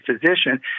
physician